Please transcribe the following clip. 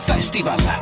Festival